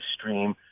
stream